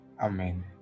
amen